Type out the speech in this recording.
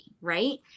right